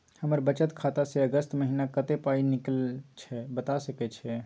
हमर बचत खाता स अगस्त महीना कत्ते पाई निकलल छै बता सके छि?